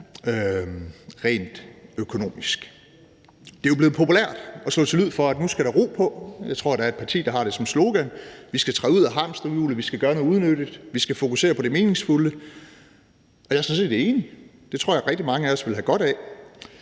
rent økonomisk. Det er jo blevet populært at slå til lyd for, at nu skal der ro på – jeg tror, der er et parti, der har det som slogan – vi skal træde ud af hamsterhjulet, vi skal gøre noget unyttigt, vi skal fokusere på det meningsfulde, og jeg er sådan set enig. Det tror jeg, rigtig mange af os ville have godt af.